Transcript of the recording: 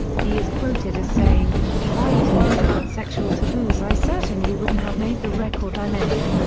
he is quoted as saying, if i was worried about sexual taboos i certainly wouldn't have made the record i made.